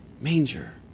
manger